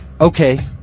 Okay